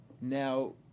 Now